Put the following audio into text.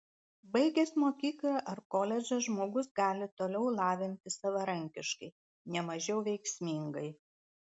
baigęs mokyklą ar koledžą žmogus gali toliau lavintis savarankiškai ne mažiau veiksmingai